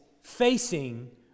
facing